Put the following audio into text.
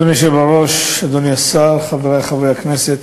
אדוני היושב בראש, אדוני השר, חברי חברי הכנסת,